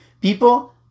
people